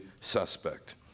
suspect